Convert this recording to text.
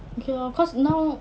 okay lor cause now